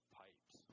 pipes